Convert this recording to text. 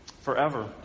Forever